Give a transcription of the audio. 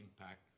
impact